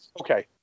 okay